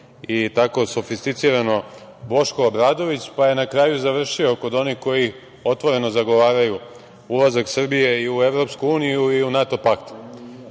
i tako sofisticirano, Boško Obradović, pa je na kraju završio kod onih koji otvoreno zagovaraju ulazak Srbije i u EU i u NATO pakt,